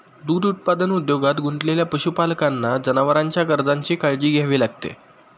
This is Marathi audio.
दूध उत्पादन उद्योगात गुंतलेल्या पशुपालकांना जनावरांच्या गरजांची काळजी घ्यावी लागते